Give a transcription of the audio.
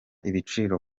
ibiciro